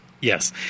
Yes